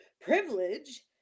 privilege